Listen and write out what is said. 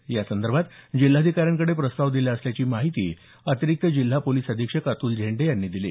या यासंदर्भात जिल्हाधिकाऱ्यांकडे प्रस्ताव दिला असल्याची माहिती अतिरिक्त जिल्हा पोलीस अधीक्षक अतुल झेंडे यांनी दिली